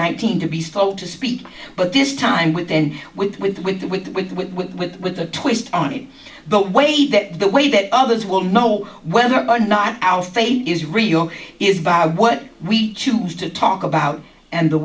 nineteen to be so to speak but this time with and with with with with with with with with with a twist on it the way that the way that others will know whether or not our faith is real is about what we choose to talk about and the